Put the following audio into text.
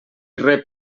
rep